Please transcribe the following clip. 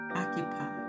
occupy